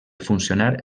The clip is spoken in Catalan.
funcionar